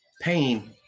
pain